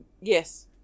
Yes